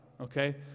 okay